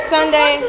Sunday